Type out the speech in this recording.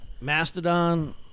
Mastodon